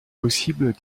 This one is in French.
possible